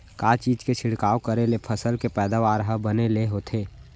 का चीज के छिड़काव करें ले फसल के पैदावार ह बने ले होथे?